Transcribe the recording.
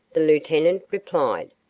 the lieutenant replied.